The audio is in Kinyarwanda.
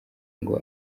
ngo